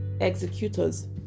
executors